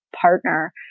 partner